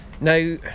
Now